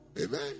Amen